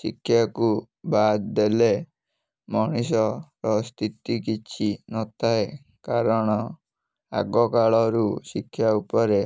ଶିକ୍ଷାକୁ ବାଦ ଦେଲେ ମଣିଷର ସ୍ଥିତି କିଛି ନଥାଏ କାରଣ ଆଗକାଳରୁ ଶିକ୍ଷା ଉପରେ